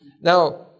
Now